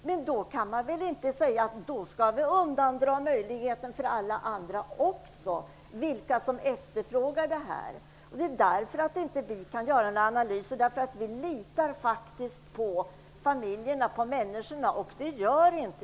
Men då kan man väl inte säga att vi skall undanhålla möjligheten också för alla andra, de som efterfrågar den. Vi kan inte göra några analyser därför att vi faktiskt litar på familjerna, på människorna. Det gör inte